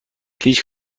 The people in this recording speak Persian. هیچ